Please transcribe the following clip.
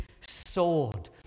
sword